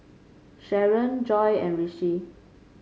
Sharen Joi and Rishi